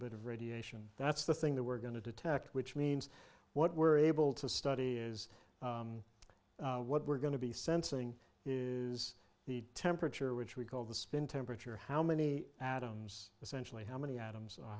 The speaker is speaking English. bit of radiation that's the thing that we're going to detect which means what we're able to study is what we're going to be sensing is the temperature which we call the spin temperature how many atoms essentially how many a